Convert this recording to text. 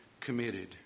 committed